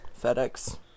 FedEx